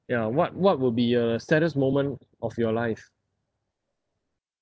ya what what will be a saddest moment of your life